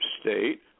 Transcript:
state